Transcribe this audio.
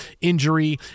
injury